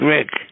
Rick